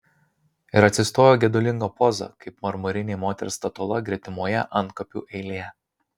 ir atsistojo gedulinga poza kaip marmurinė moters statula gretimoje antkapių eilėje